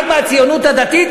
רק מהציונות הדתית,